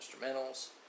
instrumentals